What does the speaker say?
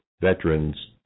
veterans